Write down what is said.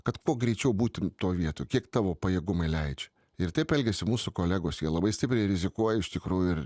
kad kuo greičiau būtum toj vietoj kiek tavo pajėgumai leidžia ir taip elgiasi mūsų kolegos jie labai stipriai rizikuoja iš tikrųjų ir